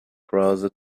browser